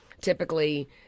typically